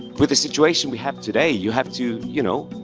with the situation we have today you have to, you know.